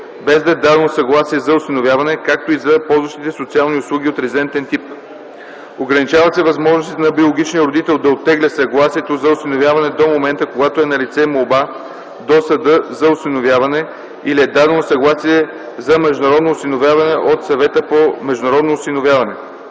без да е дадено съгласие за осиновяване, както и за ползващите социални услуги от резидентен тип; - ограничават се възможностите на биологичния родител да оттегля съгласието за осиновяване до момента, когато е налице молба до съда за осиновяване или е дадено съгласие за международно осиновяване от Съвета по международно осиновяване.